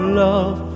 love